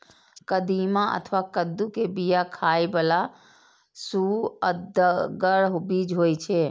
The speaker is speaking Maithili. कदीमा अथवा कद्दू के बिया खाइ बला सुअदगर बीज होइ छै